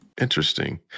interesting